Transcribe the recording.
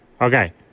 Okay